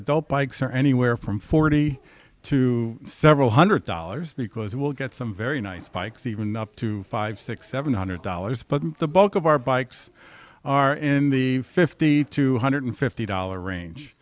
adult bikes are anywhere from forty to several hundred dollars because we'll get some very nice bikes even up to five six seven hundred dollars but the bulk of our bikes are in the fifty two hundred fifty dollars range